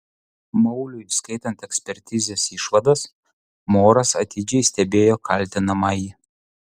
mauliui skaitant ekspertizės išvadas moras atidžiai stebėjo kaltinamąjį